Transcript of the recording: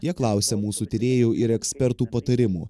jie klausia mūsų tyrėjų ir ekspertų patarimų